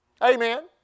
Amen